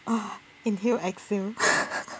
uh inhale exhale